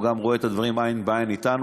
הוא גם רואה את הדברים עין בעין אתנו.